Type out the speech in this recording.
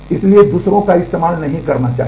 इसलिए दूसरों को इसका इस्तेमाल नहीं करना चाहिए